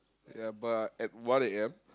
ya but at one A_M